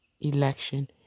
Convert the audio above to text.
election